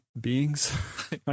beings